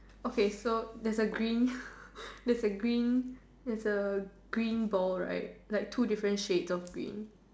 okay so there's a green there's a green there's a green ball right like two different shades of green